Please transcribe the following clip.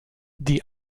die